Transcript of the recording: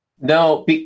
No